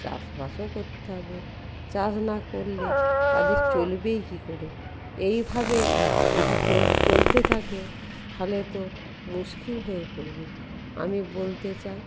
চাষবাসও করতে হবে চাষ না করলে তাদের চলবেই কী করে এইভাবে যদি তোল চলতে থাকে তাহলে তো মুশকিল হয়ে পরবে আমি বলতে চাই